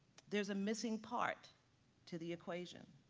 there's a missing part to the equation,